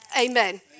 Amen